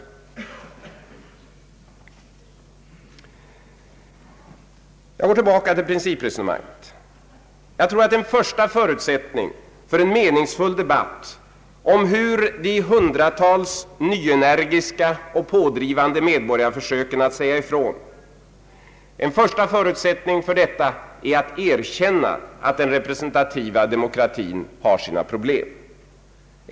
Jag går tillbaka till principresonemanget. En första förutsättning för en meningsfull debatt om hundratals nyenergiska och pådrivande medborgarförsök att säga ifrån är att erkänna att den representativa demokratin har sina problem.